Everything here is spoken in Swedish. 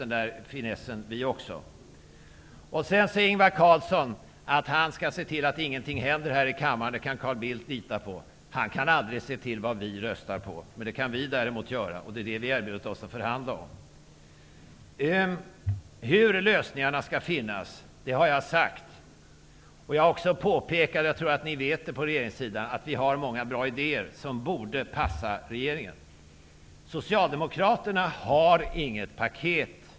Ingvar Carlsson säger att Carl Bildt kan lita på att han skall se till att ingenting händer här i kammaren. Han kan aldrig bestämma vad vi röstar på, men det kan däremot vi själva göra. Det är det vi har erbjudit oss att förhandla om. Jag har sagt hur vi skall finna lösningar, och jag har också påpekat att vi har många bra idéer som borde passa regeringen. Jag tror att ni vet det. Socialdemokraterna har inget åtgärdspaket.